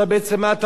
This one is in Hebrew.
אתה מונע,